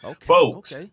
Folks